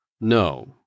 no